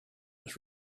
was